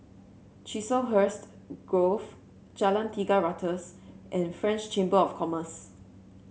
Chiselhurst Grove Jalan Tiga Ratus and French Chamber of Commerce